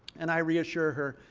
and i reassure her,